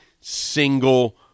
single